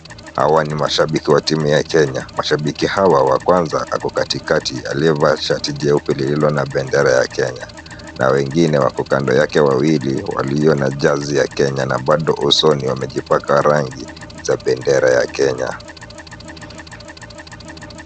Hawa ni mashabiki wa timu ya Kenya. Mashabiki hawa wa kwanza ako katikati aliyeva shati jeupe lililo na bendera ya Kenya na wengine wako kando yake wawili walio na jazi ya Kenya na bado usoni wamejipaka rangi za bendera ya Kenya .